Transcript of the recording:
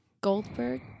Goldberg